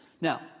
Now